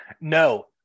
No